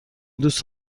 دوست